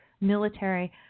military